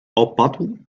opadł